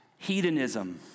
Hedonism